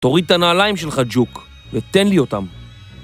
תוריד את הנעליים שלך, ג'וק, ותן לי אותם.